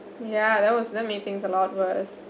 ya that was that make things a lot worse